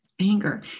anger